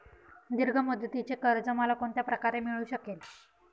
दीर्घ मुदतीचे कर्ज मला कोणत्या प्रकारे मिळू शकेल?